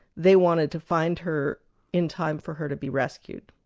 they wanted to find her in time for her to be rescued.